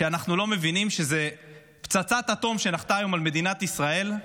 שאנחנו לא מבינים שזאת פצצת אטום שנחתה היום על מדינת ישראל.